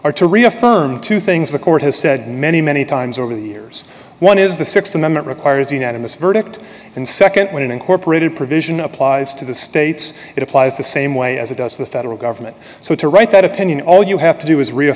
or to reaffirm two things the court has said many many times over the years one is the th amendment requires unanimous verdict and nd when an incorporated provision applies to the states it applies the same way as it does the federal government so to write that opinion all you have to do is